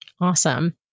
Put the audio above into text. Awesome